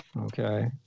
Okay